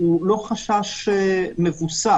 הוא לא חשש מבוסס.